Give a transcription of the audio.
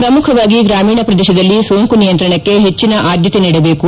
ಪ್ರಮುಖವಾಗಿ ಗ್ರಾಮೀಣ ಪ್ರದೇಶದಲ್ಲಿ ಸೋಂಕು ನಿಯಂತ್ರಣಕ್ಕೆ ಹೆಚ್ಚಿನ ಆದ್ಯತೆ ನೀಡಬೇಕು